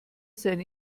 seine